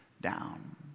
down